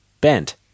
bent